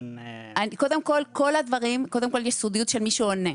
קודם כל, יש סודיות של מי שעונה,